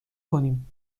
کنیم